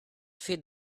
feed